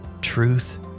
truth